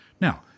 Now